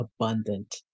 abundant